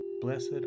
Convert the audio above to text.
Blessed